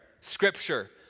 Scripture